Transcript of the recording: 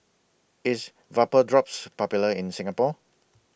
IS Vapodrops Popular in Singapore